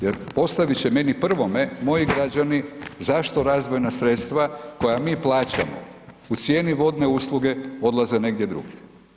Jer postavit će meni prvome moji građani zašto razvojna sredstva koja mi plaćamo u cijeni vodne usluge odlaze negdje drugdje?